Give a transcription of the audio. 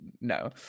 no